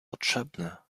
potrzebne